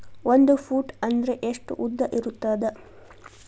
ಒಂದು ಫೂಟ್ ಅಂದ್ರೆ ಎಷ್ಟು ಉದ್ದ ಇರುತ್ತದ?